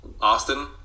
Austin